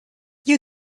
you